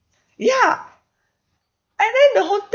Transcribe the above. ya and then the hotel